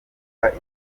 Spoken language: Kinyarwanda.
mwumva